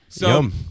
Yum